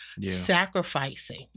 sacrificing